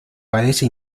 parece